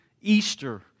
Easter